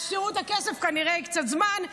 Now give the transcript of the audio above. עד שתראו את הכסף כנראה ייקח קצת זמן,